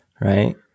Right